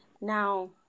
Now